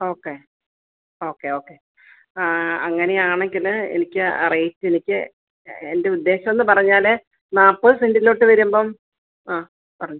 okay okay okay ആ ആ അങ്ങനെയാണെങ്കില് എനിക്ക് അറിയിച്ചെനിക്ക് എൻ്റെ ഉദ്ദേശം എന്ന് പറഞ്ഞാല് നാൽപ്പത് സെൻറ്റിലോട്ട് വരുമ്പം ആ പറഞ്ഞോ